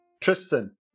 Tristan